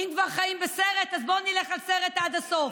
אם כבר חיים בסרט, אז בואו נלך על סרט עד הסוף.